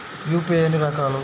UPI ఎన్ని రకాలు?